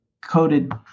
coated